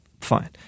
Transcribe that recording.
fine